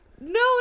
No